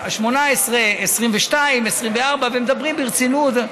18, 22, 24, מדברים ברצינות.